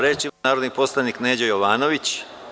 Reč ima narodni poslanik Neđo Jovanović.